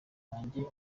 banjye